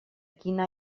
quina